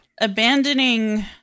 Abandoning